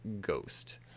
Ghost